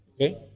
Okay